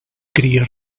cria